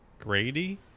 Grady